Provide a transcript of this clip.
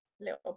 little